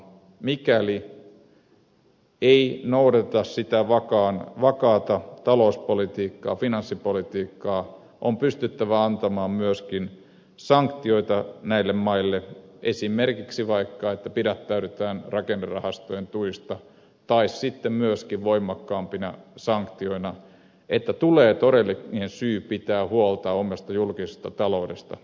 mikäli ei noudateta sitä vakaata talouspolitiikkaa finanssipolitiikkaa on pystyttävä antamaan myöskin sanktioita näille maille esimerkiksi niin että pidättäydytään rakennerahastojen tuista tai sitten myöskin voimakkaampina sanktioina että tulee todellinen syy pitää huolta omasta julkisesta taloudesta